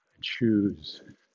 choose